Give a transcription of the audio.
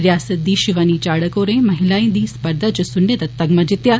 रियास्त दी षिवानी चाढक होरें महिलाएं दी स्पर्धा च सुन्ने दा तमगा जितेआ